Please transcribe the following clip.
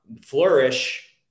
flourish